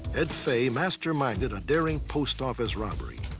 ed fay masterminded a daring post office robbery,